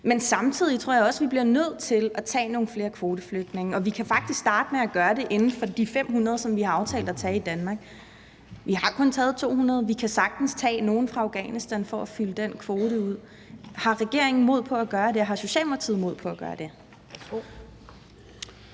igen. Samtidig tror jeg også, vi bliver nødt til at tage nogle flere kvoteflygtninge, og vi kan faktisk starte med at gøre det inden for de 500, som vi har aftalt at tage i Danmark. Vi har kun taget 200, og vi kan sagtens tage nogle fra Afghanistan for at fylde den kvote ud. Har regeringen mod på at gøre det, og har Socialdemokratiet mod på at gøre det?